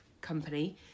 company